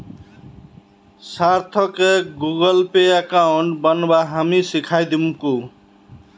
सार्थकक Google Pay account बनव्वा हामी सीखइ दीमकु